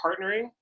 partnering